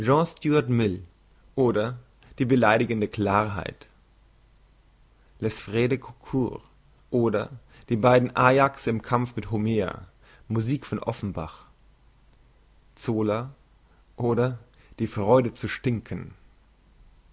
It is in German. oder die beleidigende klarheit les frres de goncourt oder die beiden ajaxe im kampf mit homer musik von offenbach zola oder die freude zu stinken